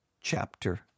chapter